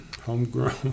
Homegrown